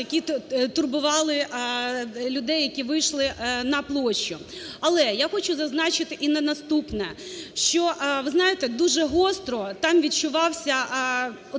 які турбували людей, які вийшли на площу. Але я хочу зазначити і на наступне, що, ви знаєте, дуже гостро там відчувався